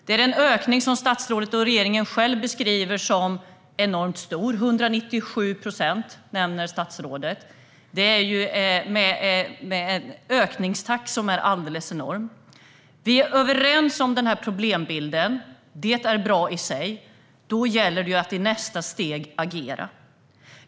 Det är en ökning som statsrådet och regeringen själv beskriver som enormt stor. Statsrådet nämner 197 procent. Det är en enorm ökningstakt. Vi är överens om problembilden. Det är bra i sig. Då gäller det att i nästa steg agera.